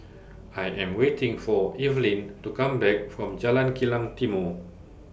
I Am waiting For Evelyne to Come Back from Jalan Kilang Timor